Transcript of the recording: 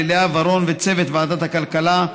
ללאה ורון ולצוות ועדת הכלכלה,